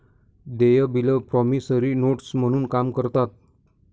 देय बिले promissory notes म्हणून काम करतात